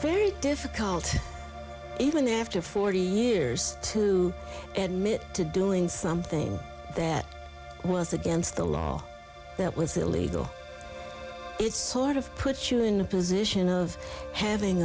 very difficult even after forty years to admit to doing something that was against the law that was illegal it's sort of put you in the position of having